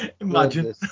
Imagine